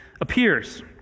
appears